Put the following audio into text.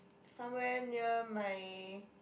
somewhere near my